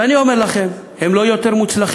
ואני אומר לכם, הם לא יותר מוצלחים,